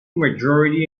majority